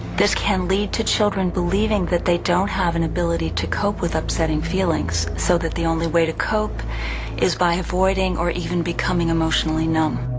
this can lead to children believing that they don't have an ability to cope with upsetting feelings so that the only way to cope is by avoiding or even becoming emotionally numb.